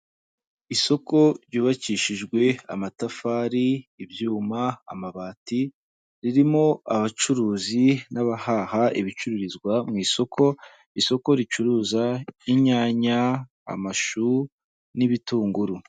Isoko ryubakishijwe amatafari ibyuma amabati ririmo abacuruzi n'abahaha ibicururizwa mu isoko, isoko ricuruza inyanya amashu n'ibitunguru.